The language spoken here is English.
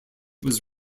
was